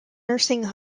nursing